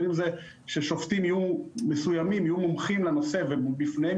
בין אם זה ששופטים מסוימים יהיו מומחים לנושא ובפניהם